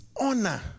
honor